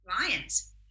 lions